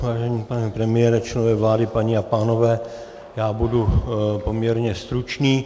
Vážený pane premiére, členové vlády, paní a pánové, já budu poměrně stručný.